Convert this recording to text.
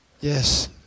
Yes